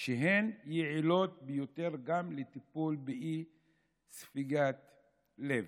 שהן יעילות ביותר גם לטיפול באי-ספיקת לב.